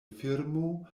firmo